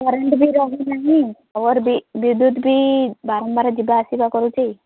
current ବି ରହୁ ନାହିଁ ପାୱାର୍ ବି ବିଦ୍ୟୁତ୍ ବି ବାରମ୍ବାର ଯିବା ଆସିବା କରୁଛି